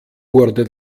wurde